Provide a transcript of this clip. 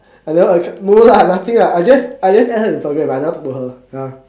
I never a~ no lah nothing lah I just I just add her Instagram but I never talk to her ya